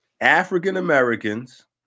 African-Americans